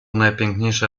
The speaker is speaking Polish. najpiękniejsza